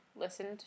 listened